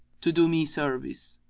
to do me service.